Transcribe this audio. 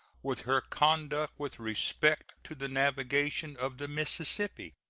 with her conduct with respect to the navigation of the mississippi.